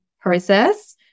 process